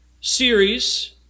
series